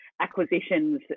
acquisitions